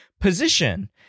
position